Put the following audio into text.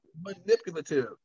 manipulative